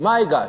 אני הגשתי,